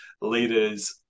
leaders